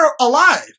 alive